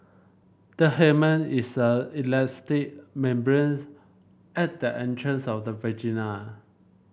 the hymen is an elastic membranes at the entrance of the vagina